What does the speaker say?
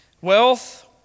wealth